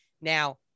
Now